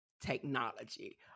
technology